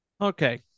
Okay